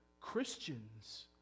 Christians